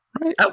right